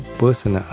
person